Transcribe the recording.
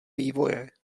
vývoje